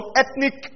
ethnic